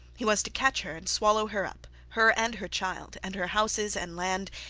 he was to catch her, and swallow her up, her and her child, and her houses and land,